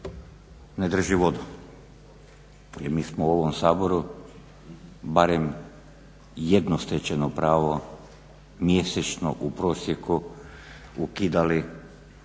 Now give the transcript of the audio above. ne drži vodu. I mi smo u ovom Saboru barem jedno stečeno pravo mjesečno u prosjeku ukidali